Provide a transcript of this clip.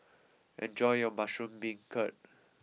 enjoy your Mushroom Beancurd